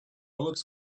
looks